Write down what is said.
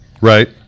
Right